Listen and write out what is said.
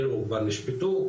אלו כבר נשפטו,